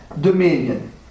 dominion